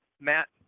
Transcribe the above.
Matt